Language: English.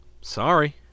sorry